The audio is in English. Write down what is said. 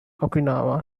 okinawa